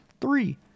three